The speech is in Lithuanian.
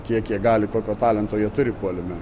kiek jie gali kokio talento jie turi puolime